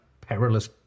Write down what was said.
perilous